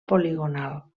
poligonal